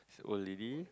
is old lady